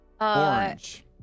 orange